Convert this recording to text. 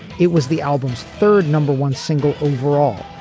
it was the album's third number one single overall.